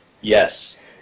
yes